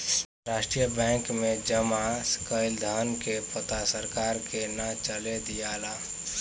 अंतरराष्ट्रीय बैंक में जामा कईल धन के पता सरकार के ना चले दियाला